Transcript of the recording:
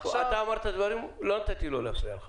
אתה אמרת דברים ולא נתתי לו להפריע לך.